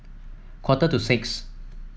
quarter to six